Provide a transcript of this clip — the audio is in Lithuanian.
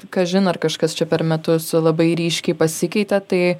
kažin ar kažkas čia per metus labai ryškiai pasikeitė tai